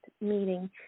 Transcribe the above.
meeting